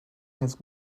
his